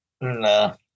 No